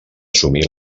assumir